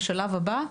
בשלב הבא,